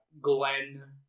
Glenn